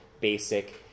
basic